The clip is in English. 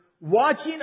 watching